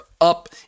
up